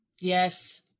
Yes